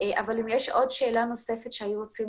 אבל אם יש עוד שאלה נוספת שהיו רוצים